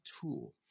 tool